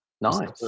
nice